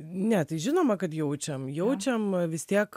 ne tai žinoma kad jaučiam jaučiam vis tiek